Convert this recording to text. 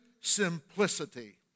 simplicity